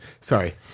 Sorry